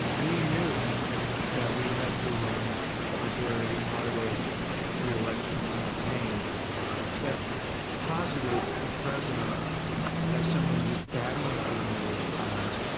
we knew that we had to run a very hard-edged reelection campaign that posited the president as someone who was battling for the middle class.